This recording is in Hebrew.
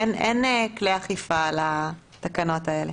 אין כלי אכיפה על התקנות האלה.